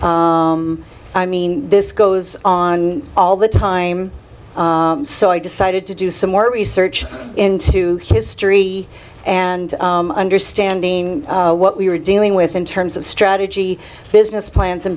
houses i mean this goes on all the time so i decided to do some more research into history and understanding what we were dealing with in terms of strategy business plans